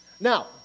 Now